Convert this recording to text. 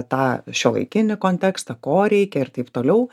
tą šiuolaikinį kontekstą ko reikia ir taip toliau